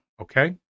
okay